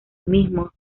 mismo